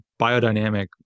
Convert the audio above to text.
biodynamic